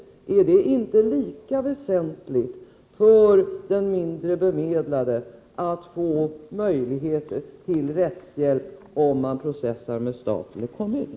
Är det inte lika väsentligt för den mindre bemedlade att få möjlighet till rättshjälp, om man processar med stat eller kommun?